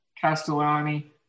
Castellani